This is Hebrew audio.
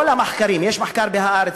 כל המחקרים, יש מחקר שהתפרסם ב"הארץ"